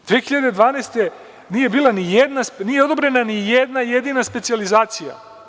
Godine 2012. nije odobrena ni jedna jedina specijalizacija.